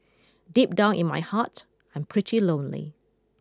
deep down in my heart I'm pretty lonely